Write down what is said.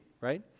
right